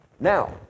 Now